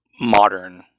modern